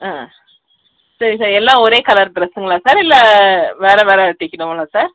ஆ சரி சார் எல்லாம் ஒரே கலர் டிரெஸ்ஸுங்களா சார் இல்லை வேறு வேறுங் தக்கணுங்களா சார்